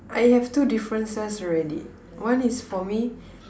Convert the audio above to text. I have two differences already one is for me